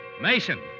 Mason